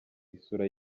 isura